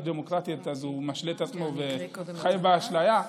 דמוקרטית אז הוא משלה את עצמו וחי באשליה.